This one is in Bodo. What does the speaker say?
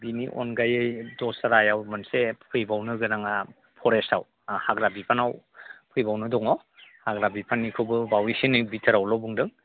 बेनि अनगायै दस्रायाव मोनसे फैबावनो गोनाङा परेसआव हाग्रा बिफानाव फैबावनो दङ हाग्रा बिफाननिखौबो बावैसोनि बिथोरावल' बुंदों